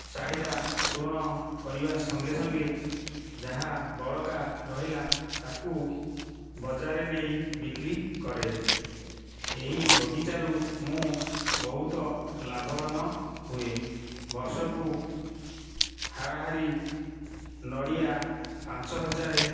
ଚାହିଦା ପୁରଣ କରିବା ସଙ୍ଗେ ସଙ୍ଗେ ଯାହା ବଳକା ରହିଲା ତାକୁ ବଜାରରେ ନେଇ ବିକ୍ରି କରେ ଏହି ବଗିଚାରୁ ମୁଁ ବହୁତ ଲାଭବାନ ହୁଏ ବର୍ଷକୁ ହାରାହାରି ନଡ଼ିଆ ପାଞ୍ଚ ହଜାର